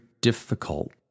difficult